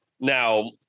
Now